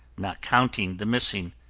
not counting the missing.